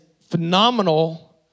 phenomenal